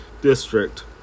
district